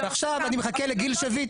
ועכשיו אני מחכה לגיל שביט --- לא,